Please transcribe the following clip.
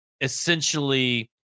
essentially